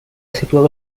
situado